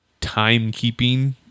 timekeeping